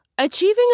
Achieving